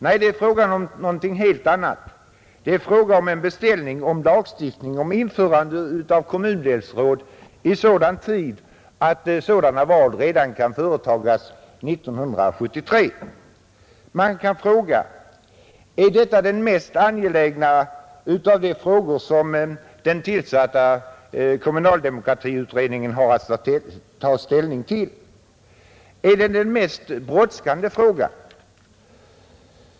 Nej, det är fråga om någonting helt annat! Det är fråga om en beställning av lagstiftning angående införande av kommundelsråd i så god tid, att val till sådana råd kan företas redan 1973. Man kan fråga sig: Är detta den mest angelägna av de frågor som den tillsatta kommunaldemokratiutredningen har att ta ställning till? Är det den mest brådskande frågan?